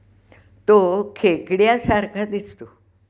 तो खेकड्या सारखा दिसतो